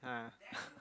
ah